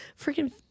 Freaking